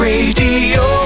Radio